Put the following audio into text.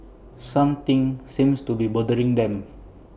something seems to be bothering him